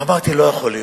אמרתי: לא יכול להיות.